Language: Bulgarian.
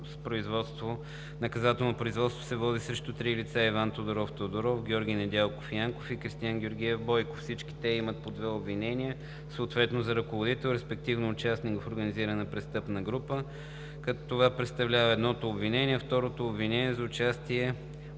наказателно производство се води срещу три лица – Иван Тодоров Тодоров, Георги Недялков Янков и Кристиян Георгиев Бойков. Всички те имат по две обвинения – съответно за ръководител, респективно участник в организирана престъпна група. Това представлява едното обвинение. Второто обвинение е за участие